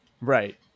Right